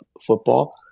football